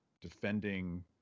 defending